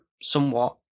somewhat